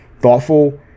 thoughtful